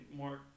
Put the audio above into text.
more